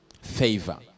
favor